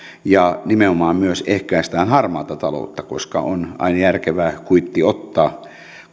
ja nimenomaan myös ehkäistään harmaata taloutta koska on aina järkevää kuitti ottaa